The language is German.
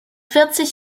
vierzig